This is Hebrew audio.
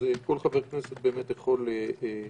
כל חבר כנסת יכול לראות.